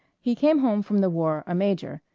he came home from the war a major,